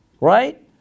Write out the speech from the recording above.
right